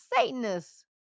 Satanists